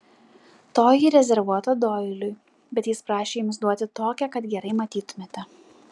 toji rezervuota doiliui bet jis prašė jums duoti tokią kad gerai matytumėte